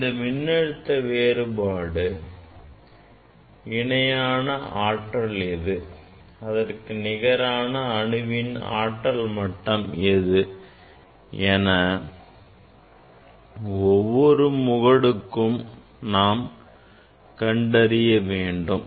அந்த மின்னழுத்த வேறுபாடு இணையான ஆற்றல் எது அதற்கு நிகரான அணுவின் ஆற்றல் மட்டம் எது என ஒவ்வொரு முகடுக்கும் நாம் கண்டறியவேண்டும்